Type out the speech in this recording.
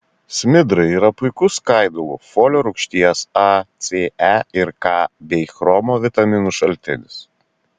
smidrai yra puikus skaidulų folio rūgšties a c e ir k bei chromo vitaminų šaltinis